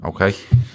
Okay